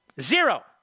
Zero